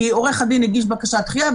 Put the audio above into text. כי עורך הדין הגיש בקשת דחייה,